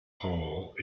hole